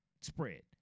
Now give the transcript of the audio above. spread